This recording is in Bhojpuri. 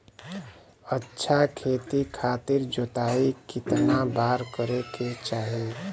अच्छा खेती खातिर जोताई कितना बार करे के चाही?